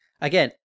Again